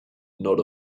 not